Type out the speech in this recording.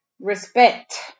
respect